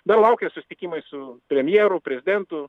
dar laukia susitikimai su premjeru prezidentu